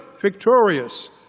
victorious